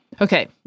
Okay